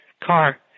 car